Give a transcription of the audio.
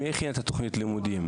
תוכנית הלימודים?